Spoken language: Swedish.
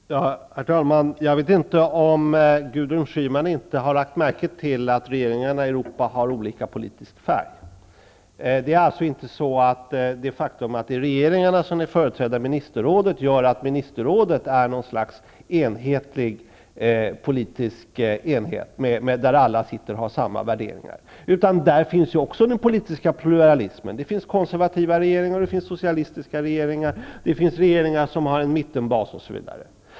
Herr talman! Jag vet inte om Gudrun Schyman har lagt märke till att regeringarna i Europa har olika politisk färg. Det faktum att det är regeringarna som är företrädda i ministerrådet gör inte att ministerrådet är något slags enhetlig politisk församling, där alla har samma värderingar. Där finns ju också den politiska pluralismen: konservativa regeringar, socialistiska regeringar, regeringar som har en mittenbas osv.